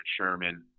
Sherman